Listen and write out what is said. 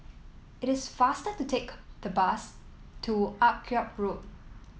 it is faster to take the bus to Akyab Road